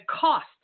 cost